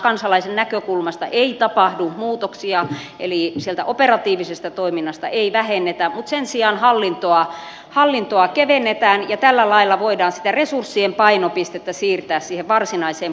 kansalaisen näkökulmasta ei tapahdu muutoksia eli sieltä operatiivisesta toiminnasta ei vähennetä mutta sen sijaan hallintoa kevennetään ja tällä lailla voidaan sitä resurssien painopistettä siirtää siihen varsinaiseen poliisitoimintaan